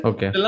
Okay